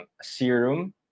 serum